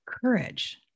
Courage